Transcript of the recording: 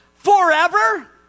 forever